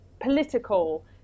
political